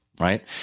right